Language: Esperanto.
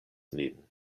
nin